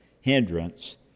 hindrance